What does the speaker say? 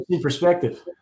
perspective